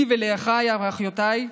לי ולאחיי ולאחיותיי: